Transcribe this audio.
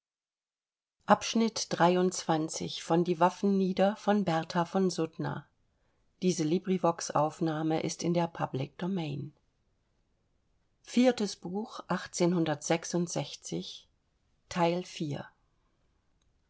die von dem